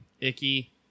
Icky